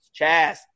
Chaz